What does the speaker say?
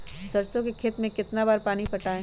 सरसों के खेत मे कितना बार पानी पटाये?